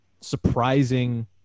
surprising